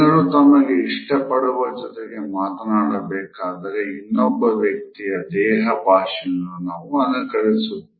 ಜನರು ತಮಗೆ ಇಷ್ಟಪಡುವವರ ಜೊತೆ ಮಾತನಾಡಬೇಕಾದರೆ ಇನ್ನೊಬ್ಬ ವ್ಯಕ್ತಿಯ ದೇಹ ಭಾಷೆಯನ್ನು ನಾವು ಅನುಕರಿಸುತ್ತೇವೆ